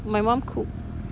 my mum cooked